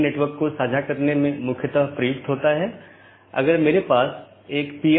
network layer reachability की जानकारी जिसे NLRI के नाम से भी जाना जाता है